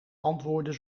antwoorden